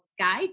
*Sky